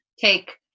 take